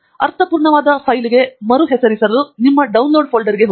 ಅರ್ಥಪೂರ್ಣವಾದ ಫೈಲ್ಗೆ ಮರುಹೆಸರಿಸಲು ನಿಮ್ಮ ಡೌನ್ಲೋಡ್ ಫೋಲ್ಡರ್ಗೆ ಹೋಗಿ